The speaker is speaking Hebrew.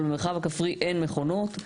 אבל במרחב הכפרי אין מכונות.